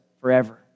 forever